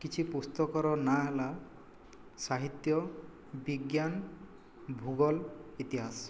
କିଛି ପୁସ୍ତକର ନାଁ ହେଲା ସାହିତ୍ୟ ବିଜ୍ଞାନ ଭୁଗୋଳ ଇତିହାସ